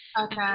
okay